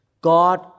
God